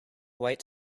white